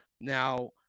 Now